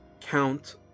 Count